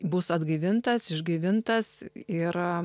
bus atgaivintas išgaivintas ir